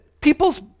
People's